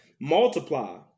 Multiply